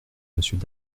monsieur